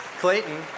clayton